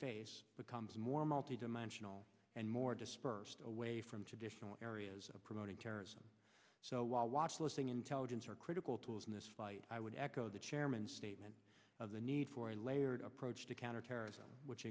face becomes more multi dimensional and more dispersed away from traditional areas of promoting terrorism so watch listing intelligence are critical tools in this fight i would echo the chairman's statement of the need for a layered approach to counterterrorism which